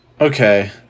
Okay